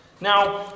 Now